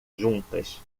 juntas